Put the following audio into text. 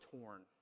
torn